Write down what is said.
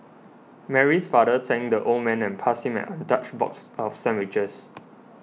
Mary's father thanked the old man and passed him an untouched box of sandwiches